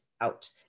out